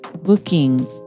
booking